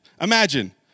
imagine